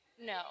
No